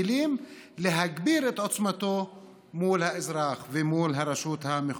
כלים להגביר את עוצמתו מול האזרח ומול הרשות המחוקקת.